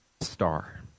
star